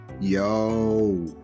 Yo